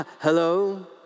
Hello